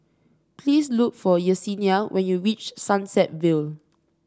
please look for Yessenia when you reach Sunset Vale